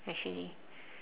actually